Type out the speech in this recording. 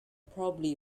probably